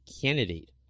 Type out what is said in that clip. candidate